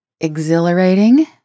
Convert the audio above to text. exhilarating